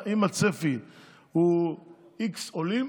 אם הצפי הוא x עולים,